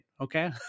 Okay